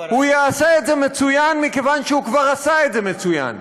הוא יעשה את זה מצוין מכיוון שהוא כבר עשה את זה מצוין.